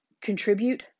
Contribute